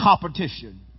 competition